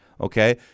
okay